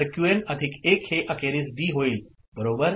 तर QN plus 1 हे अखेरीस डी होईल बरोबर